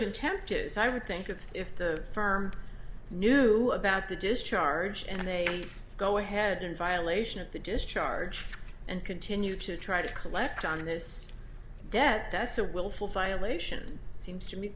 contempt is i would think of if the firm knew about the discharge and they go ahead in violation of the discharge and continue to try to collect on this debt that's a willful violation it seems to me